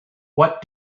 what